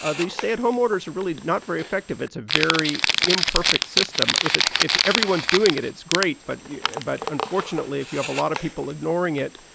ah these stay-at-home orders are really not very effective. it's a very imperfect system. if it's if everyone's doing it, it's great. but but unfortunately, if you have a lot of people ignoring it,